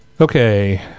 okay